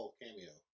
cameo